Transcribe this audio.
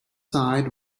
side